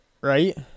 Right